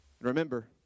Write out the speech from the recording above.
Remember